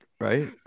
right